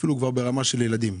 הן אפילו נמצאות ברמה של ילדים.